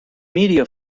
media